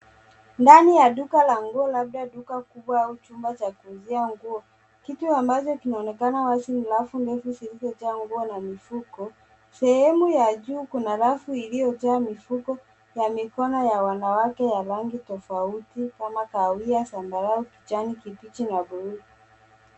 Ndani ya duka la nguo labda duka kubwa au chumba cha kuuzia nguo. Kitu ambacho kinaonekana wazi ni rafu ndefu zilizojaa nguo na mifuko. Sehemu ya juu kuna rafu iliyojaa mifuko ya mikono ya wanawake ya rangi tofauti kama kahawia, sambarau, kijani kibichi na blue .